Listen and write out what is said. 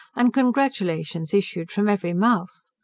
and congratulations issued from every mouth.